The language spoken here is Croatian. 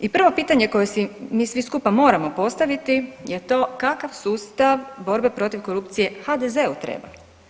I prvo pitanje koje si mi svi skupa moramo postaviti je to, kakav sustav borbe protiv korupcije HDZ-u treba?